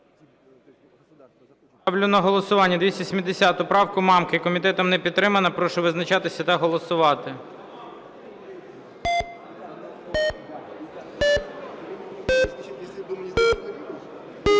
Ставлю на голосування 270 правку Мамки. Комітетом не підтримана. Прошу визначатися та голосувати.